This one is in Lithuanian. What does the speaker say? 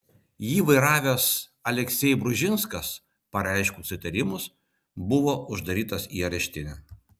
jį vairavęs aleksej bružinskas pareiškus įtarimus buvo uždarytas į areštinę